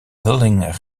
vulling